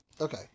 Okay